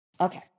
Okay